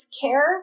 care